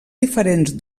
diferents